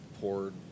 poured